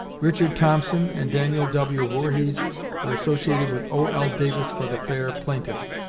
richard thompson and daniel w. voorhees were associated with o l. davis for the fair plaintiff.